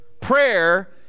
Prayer